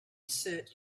search